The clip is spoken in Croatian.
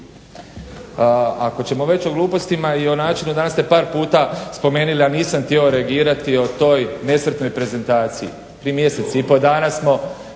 Ako ćemo već o glupostima i o načinu danas ste par puta spomenuli a nisam htio reagirati o toj nesretnoj prezentaciji. Prije mjesec i pol dana smo